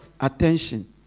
attention